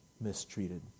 mistreated